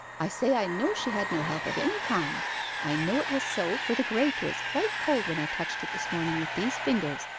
i say i know she had no help of any kind i know it was so, for the grate was quite cold when i touched it this morning with these fingers,